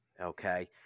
okay